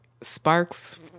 sparks